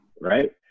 right